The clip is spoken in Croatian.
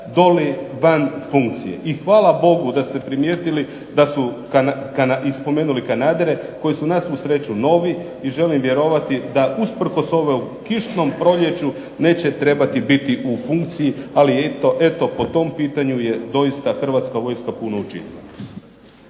doli van funkcije. I hvala Bogu da ste primijetili da su, i spomenuli kanadere, koji su na svu sreću novi, i želim vjerovati da usprkos ovom kišnom proljeću neće trebati biti u funkciji, ali eto po tom pitanju je doista Hrvatska vojska puno učinila.